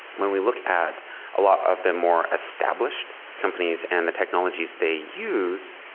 when we look at a lot of the more established companies and the technologies they use,